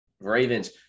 Ravens